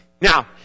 Now